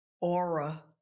Aura